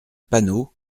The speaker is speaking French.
panneaux